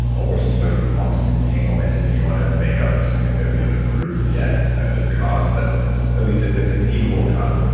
ah or some sort of quantum entanglement if you want to make up something that we have proved yet is the cause, but at least it's a conceivable cause.